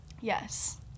Yes